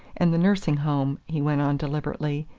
and the nursing home, he went on deliberately,